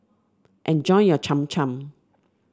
enjoy your Cham Cham